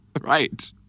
Right